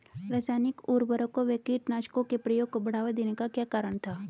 रासायनिक उर्वरकों व कीटनाशकों के प्रयोग को बढ़ावा देने का क्या कारण था?